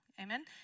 Amen